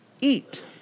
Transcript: eat